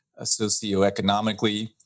socioeconomically